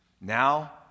Now